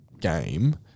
game-